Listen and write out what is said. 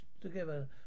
together